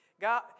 God